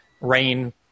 Rain